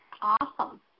Awesome